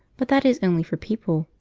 but that is only for people.